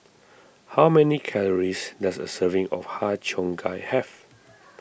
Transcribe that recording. how many calories does a serving of Har Cheong Gai have